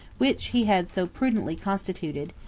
which he had so prudently constituted,